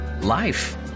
Life